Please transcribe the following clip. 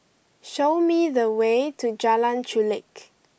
show me the way to Jalan Chulek